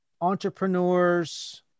entrepreneurs